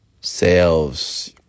Sales